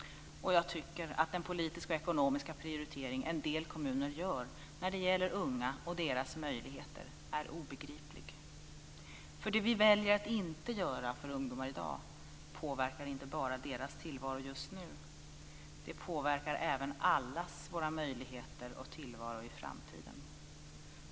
Jag tycker att den politiska och ekonomiska prioritering som en del kommuner gör när det gäller unga och deras möjligheter är obegriplig. Det som vi väljer att inte göra för ungdomar i dag påverkar nämligen inte bara deras tillvaro just nu. Det påverkar även allas våra möjligheter och tillvaro i framtiden.